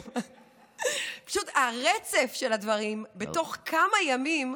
פשוט הרצף של הדברים בתוך כמה ימים,